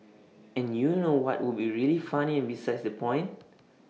and you know what would be really funny and besides the point